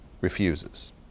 refuses